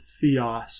theos